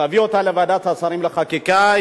תביאו אותה לוועדת השרים לחקיקה.